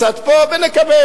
קצת פה, ונקבל.